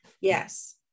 Yes